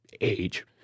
age